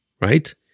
Right